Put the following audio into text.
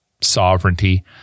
sovereignty